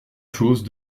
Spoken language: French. choses